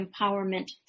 Empowerment